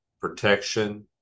protection